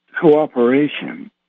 cooperation